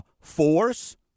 force